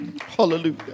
Hallelujah